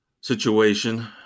situation